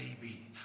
baby